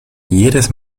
jedes